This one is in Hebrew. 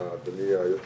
אם אדוני היועמ"ש